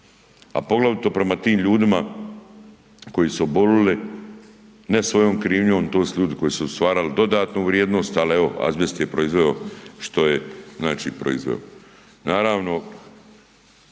a poglavito prema tim ljudima koji su obolili ne svojom krivnjom. To su ljudi koji su stvarali dodatnu vrijednost, ali evo azbest je proizveo što je proizveo. Naravno